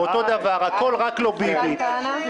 לא נוכח מתן כהנא,